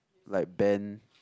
like band